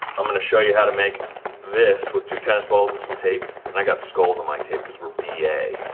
i'm gonna show you how to make this with two tennis balls and some tape and i got skulls on my tape cause we're b a.